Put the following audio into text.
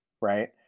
right